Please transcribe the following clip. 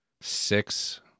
six